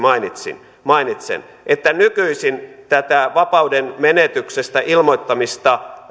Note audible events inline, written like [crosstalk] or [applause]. mainitsen että nykyisin tätä vapaudenmenetyksestä ilmoittamista [unintelligible]